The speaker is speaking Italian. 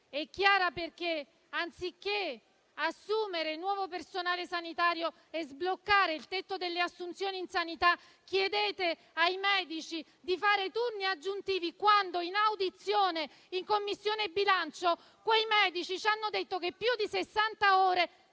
È chiara perché, anziché assumere nuovo personale sanitario e sbloccare il tetto delle assunzioni nella sanità, chiedete ai medici di fare turni aggiuntivi, quando in audizione in Commissione bilancio quei medici ci hanno detto che più di